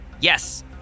Yes